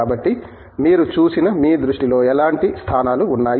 కాబట్టి మీరు చూసిన మీ దృష్టిలో ఎలాంటి స్థానాలు ఉన్నాయి